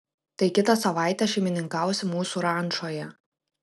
tai kitą savaitę šeimininkausi mūsų rančoje